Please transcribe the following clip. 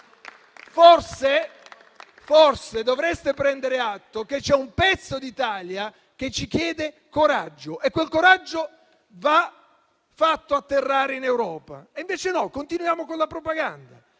forse dovreste prendere atto che c'è un pezzo d'Italia che ci chiede coraggio e quel coraggio va fatto atterrare in Europa. Invece no, continuiamo con la propaganda.